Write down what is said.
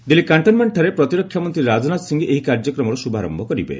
ଦିଲ୍ଲୀ କ୍ୟାଣ୍ଟନ୍ମେଣ୍ଟଠାରେ ପ୍ରତିରକ୍ଷା ମନ୍ତ୍ରୀ ରାଜନାଥ ସିଂହ ଏହି କାର୍ଯ୍ୟକ୍ରମର ଶୁଭାରମ୍ଭ କରିବେ